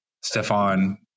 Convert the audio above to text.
Stefan